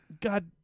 God